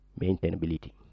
maintainability